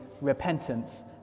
repentance